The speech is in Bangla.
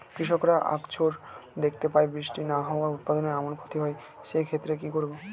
কৃষকরা আকছার দেখতে পায় বৃষ্টি না হওয়ায় উৎপাদনের আমূল ক্ষতি হয়, সে ক্ষেত্রে কি করব?